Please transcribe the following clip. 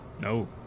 No